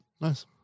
Nice